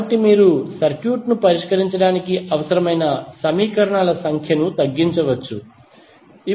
కాబట్టి మీరు సర్క్యూట్ పరిష్కరించడానికి అవసరమైన సమీకరణాల సంఖ్యను తగ్గించవచ్చు